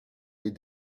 les